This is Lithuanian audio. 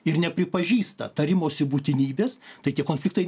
ir nepripažįsta tarimosi būtinybės tai tie konfliktai